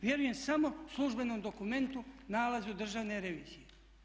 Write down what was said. Vjerujem samo službenom dokumentu, nalazu Državne revizije.